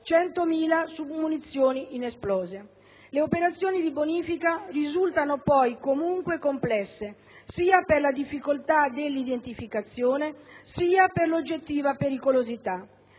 100.000 submunizioni inesplose. Le operazioni di bonifica risultano poi comunque complesse, sia per la difficoltà dell'identificazione, sia per l'oggettiva pericolosità.